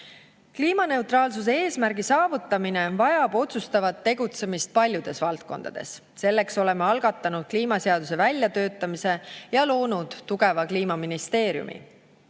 Kliimaneutraalsuse eesmärgi saavutamine vajab otsustavat tegutsemist paljudes valdkondades. Selleks oleme algatanud kliimaseaduse väljatöötamise ja loonud tugeva Kliimaministeeriumi.